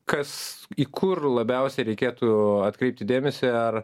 kas į kur labiausiai reikėtų atkreipti dėmesį ar